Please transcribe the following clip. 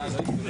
הישיבה